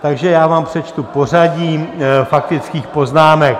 Takže já vám přečtu pořadí faktických poznámek.